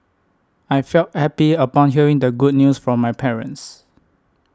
I felt happy upon hearing the good news from my parents